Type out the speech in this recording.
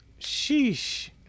Sheesh